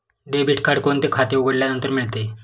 Debit card कोणते खाते उघडल्यानंतर मिळते?